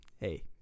Hey